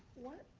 what?